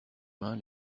mains